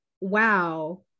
wow